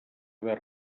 haver